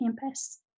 campus